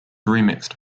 remixed